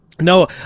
No